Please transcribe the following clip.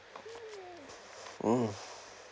hmm